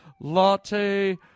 latte